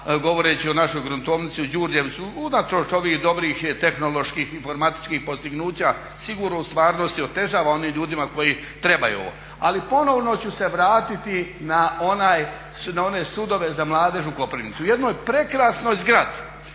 govoreći o našoj gruntovnici u Đurđevcu unatoč ovih dobrih tehnoloških, informatičkih postignuća sigurno u stvarnosti otežava onim ljudima koji trebaju ovo. Ali ponovno ću se vratiti na one sudove za mladež u Koprivnici u jednoj prekrasnoj zgradi,